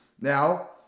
now